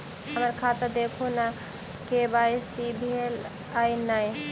हम्मर खाता देखू नै के.वाई.सी भेल अई नै?